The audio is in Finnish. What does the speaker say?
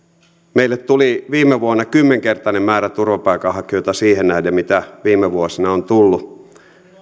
meille tuli viime vuonna kymmenkertainen määrä turvapaikanhakijoita siihen nähden mitä viime vuosina on tullut